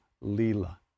Lila